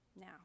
now